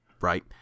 Right